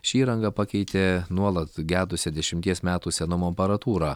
ši įranga pakeitė nuolat gedusią dešimties metų senumo aparatūrą